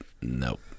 Nope